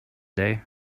day